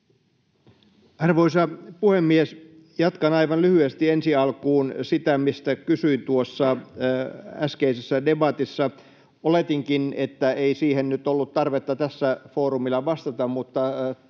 Arvoisa puhemies! Jatkan aivan lyhyesti ensi alkuun sitä, mistä kysyin äskeisessä debatissa. Oletinkin, että ei siihen nyt ollut tarvetta tällä foorumilla vastata, mutta